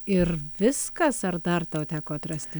ir viskas ar dar tau teko atrasti